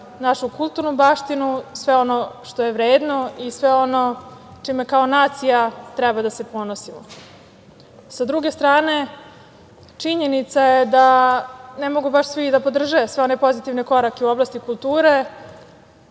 našu kulturnu baštinu, sve ono što je vredno i sve ono čime kao nacija treba da se ponosimo. Sa druge strane, činjenica je da ne mogu baš svi da podrže sve one pozitivne korake u oblasti kulture